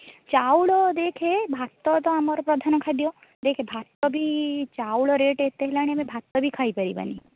ଚାଉଳ ଦେଖେ ଭାତ ତ ଆମର ପ୍ରଧାନ ଖାଦ୍ୟ ଦେଖେ ଭାତ ବି ଚାଉଳ ରେଟ୍ ଏତେ ହେଲାଣି ଆମେ ଭାତ ବି ଖାଇପାରିବାନି